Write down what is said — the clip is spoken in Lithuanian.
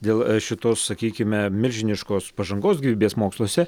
dėl šitos sakykime milžiniškos pažangos gyvybės moksluose